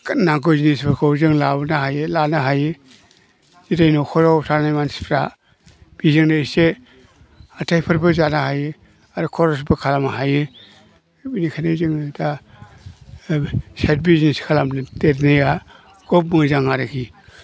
नांगौ जिनिसफोरखौ जों लाबोनो हायो लानो हायो जेरै न'खराव थानाय मानसिफ्रा बेजोंनो एसे हाथायफोरबो जानो हायो आरो खरसबो खालामनो हायो बिनिखायनो जोङो दा साइड बिजनेस खालामदेरनाया खब मोजां आरोखि